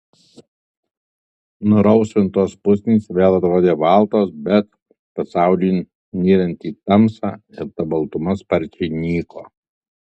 nurausvintos pusnys vėl atrodė baltos bet pasauliui nyrant į tamsą ir ta baltuma sparčiai nyko